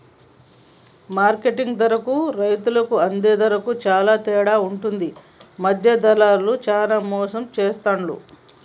market ధరకు రైతు అందే ధరకు చాల తేడా ఉంటది మధ్య దళార్లు చానా మోసం చేస్తాండ్లు